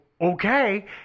okay